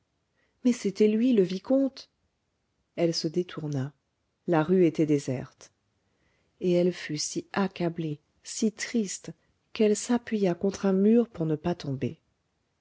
mais c'était lui le vicomte elle se détourna la rue était déserte et elle fut si accablée si triste qu'elle s'appuya contre un mur pour ne pas tomber